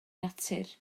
natur